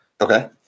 Okay